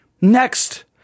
Next